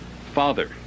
Father